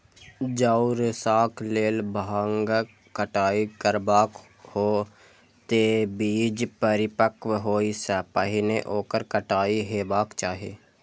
जौं रेशाक लेल भांगक कटाइ करबाक हो, ते बीज परिपक्व होइ सं पहिने ओकर कटाइ हेबाक चाही